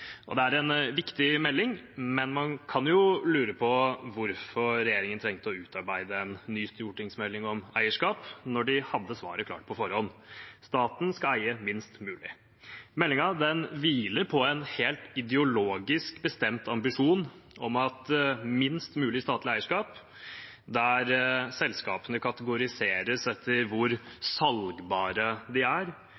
Det er en viktig melding, men man kan jo lure på hvorfor regjeringen trengte å utarbeide en ny stortingsmelding om eierskap når de hadde svaret klart på forhånd: Staten skal eie minst mulig. Meldingen hviler på en helt ideologisk bestemt ambisjon om minst mulig statlig eierskap, der selskapene kategoriseres etter hvor